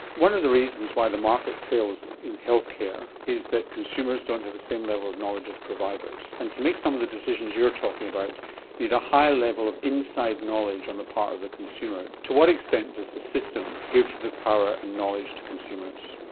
one of the reasons why the market fails in healthcare is that consumers don't have the same level of knowledge as providers, and to make some of the decisions you're talking about you need a high level of inside knowledge on the part of the consumer. to what extent does the system give the power and knowledge to consumers?